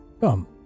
come